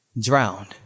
drowned